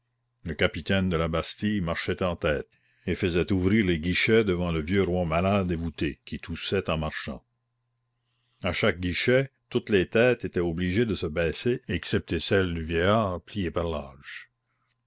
le capitaine de la bastille marchait en tête et faisait ouvrir les guichets devant le vieux roi malade et voûté qui toussait en marchant à chaque guichet toutes les têtes étaient obligées de se baisser excepté celle du vieillard plié par l'âge